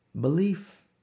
Belief